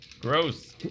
Gross